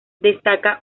destaca